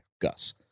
Gus